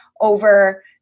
over